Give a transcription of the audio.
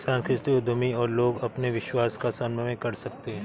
सांस्कृतिक उद्यमी पर लोग अपने विश्वासों का समन्वय कर सकते है